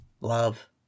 Love